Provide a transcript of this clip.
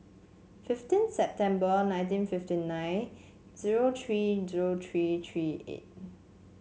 fifteen September nineteen fifty nine zero tree zero tree tree eight